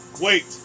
Wait